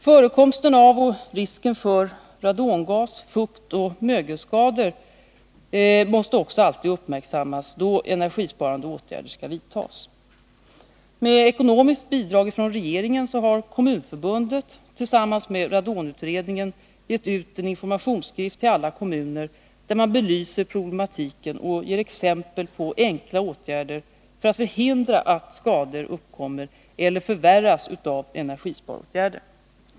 Förekomsten av och risken för radongas, fuktoch mögelskador måste också alltid uppmärksammas, då energisparande åtgärder skall vidtas. Med ekonomiskt bidrag från regeringen har Kommunförbundet tillsammans med radonutredningen till alla kommuner sänt ut en informationsskrift, där man belyser problematiken och ger exempel på enkla åtgärder för att hindra att skador uppkommer eller förvärras av energisparåtgärder.